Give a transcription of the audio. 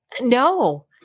no